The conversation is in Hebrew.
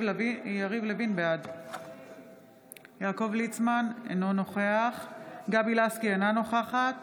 בעד יעקב ליצמן, אינו נוכח גבי לסקי, אינה נוכחת